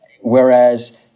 whereas